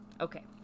Okay